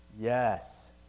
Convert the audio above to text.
Yes